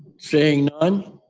seeing none.